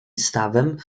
stawem